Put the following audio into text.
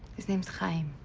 his name's chaim.